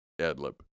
ad-lib